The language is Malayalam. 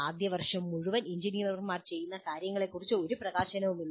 ആദ്യ വർഷം മുഴുവൻ എഞ്ചിനീയർമാർ ചെയ്യുന്ന കാര്യങ്ങളെക്കുറിച്ച് ഒരു പ്രകാശനവും ഇല്ല